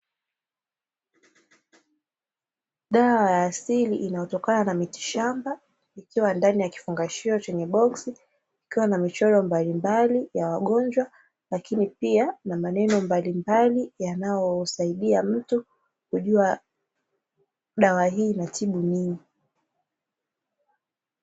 Dawa ya asili inayotokana na mitishamba, ikiwa ndani ya kifungashio cha boksi, ikiwa na michoro mbalimbali ya wagonjwa, lakini pia na maneno mbalimbali yanayosaidia mtu kujua dawa hii inatibu nini.